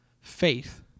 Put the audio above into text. faith